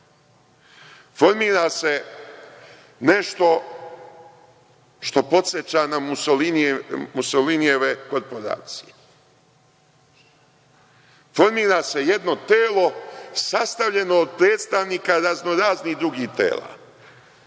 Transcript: formira se nešto što podseća na Musolinijeve korporacije. Formira se jedno telo sastavljeno od predstavnika razno-raznih drugih tela.